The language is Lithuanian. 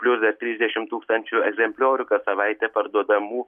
plius dar trisdešim tūkstančių egzempliorių kas savaitę parduodamų